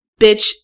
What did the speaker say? bitch